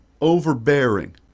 overbearing